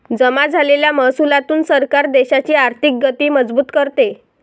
जमा झालेल्या महसुलातून सरकार देशाची आर्थिक गती मजबूत करते